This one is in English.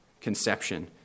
conception